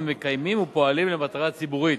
המקיימים ופועלים למטרה ציבורית".